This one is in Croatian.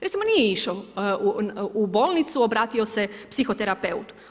Recimo nije išao u bolnicu, obratio se psihoterapeutu.